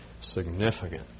significant